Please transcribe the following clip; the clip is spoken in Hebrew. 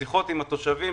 בשיחות שראינו עם התושבים,